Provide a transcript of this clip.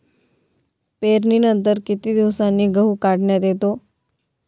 पेरणीनंतर किती दिवसांनी गहू काढण्यात येतो?